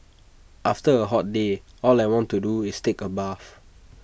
after A hot day all I want to do is take A bath